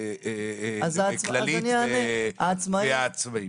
הכלליים והעצמאיים?